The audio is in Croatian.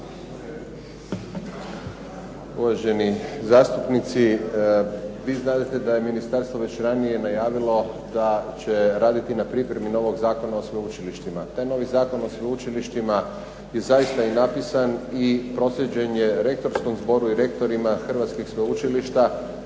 Uvaženi zastupnici vi znadete da je ministarstvo već ranije najavilo da će raditi na pripremi novog Zakona o sveučilištima. Taj novi Zakon o sveučilištima je zaista i napisan i proslijeđen je rektorskom zboru i rektorima hrvatskih sveučilišta